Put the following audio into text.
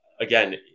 again